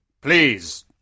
Please